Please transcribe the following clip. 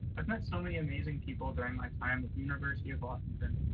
i've met so many amazing people during my time at the university of washington,